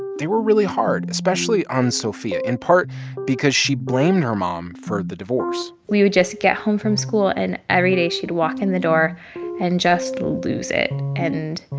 they were really hard, especially on sophia, in part because she blamed her mom for the divorce we would just get home from school. and every day, she'd walk in the door and just lose it and,